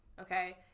Okay